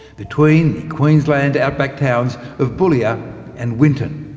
between the queensland outback towns of boulia and winton.